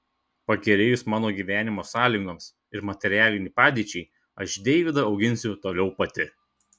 pagerėjus mano gyvenimo sąlygoms ir materialinei padėčiai aš deivydą auginsiu toliau pati